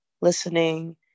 listening